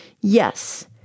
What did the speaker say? Yes